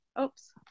Oops